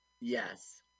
Yes